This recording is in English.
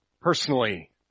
personally